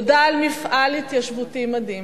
תודה על מפעל התיישבותי מדהים.